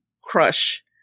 crush